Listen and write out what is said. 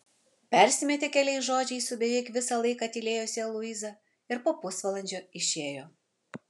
persimetė keliais žodžiais su beveik visą laiką tylėjusia luiza ir po pusvalandžio išėjo